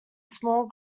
small